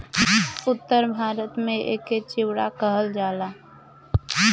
उत्तर भारत में एके चिवड़ा कहल जाला